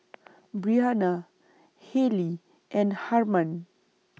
Breana Hailee and Harman